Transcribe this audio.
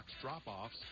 drop-offs